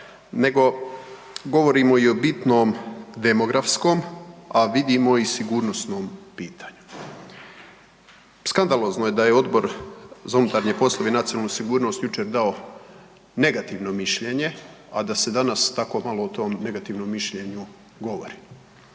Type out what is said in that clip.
nego govorimo i o bitnom demografskom, a vidimo i sigurnosnom pitanju. Skandalozno je da je Odbor za unutarnje poslove i nacionalnu sigurnost jučer dao negativno mišljenje, a da se danas tako malo o tom negativnom mišljenju govori.